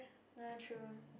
ah true